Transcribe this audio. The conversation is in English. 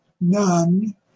none